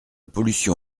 pollution